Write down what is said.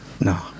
No